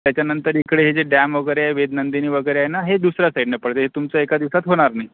त्याच्यानंतर इकडे हे जे डॅम वगैरे आहे वेदनंदिनी वगैरे आहे ना हे दुसऱ्या साईडनं पडते हे तुमचं एका दिवसात होणार नाही